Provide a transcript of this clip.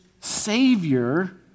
Savior